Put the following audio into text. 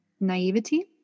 naivety